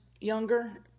younger